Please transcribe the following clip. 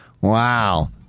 Wow